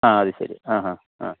ആ അത് ശരി ആഹാ ആ